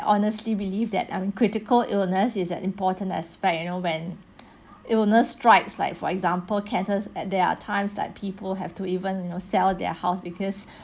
honestly believe that um critical illness is an important aspect you know when illness strikes like for example cancers at there are times like people have to even you know sell their house because